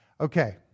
Okay